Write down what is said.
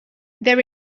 there